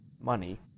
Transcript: money